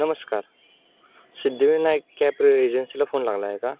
नमस्कार सिद्धिविनायक कॅब एजन्सीला फोन लागला आहे का